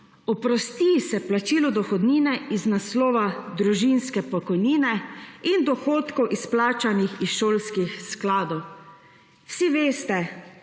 oprosti se plačilo dohodnine iz naslova družinske pokojnine in dohodkov, izplačanih iz šolskih skladov. Vsi veste,